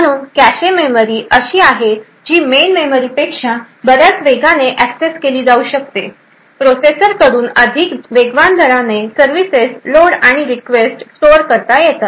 म्हणूनच cache memory अशी आहे जी मेन मेमरीपेक्षा बर्याच वेगाने ऍक्सेस केली जाऊ शकते प्रोसेसरकडून अधिक वेगवान दराने सर्विसेस लोड आणि रिक्वेस्ट स्टोअर करता येतात